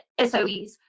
SOEs